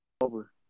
over